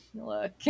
look